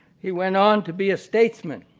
he went on to be a statesman.